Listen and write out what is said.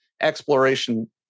exploration